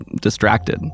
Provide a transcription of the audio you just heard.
distracted